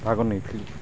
ଭାଗ ନେଇଥିଲୁ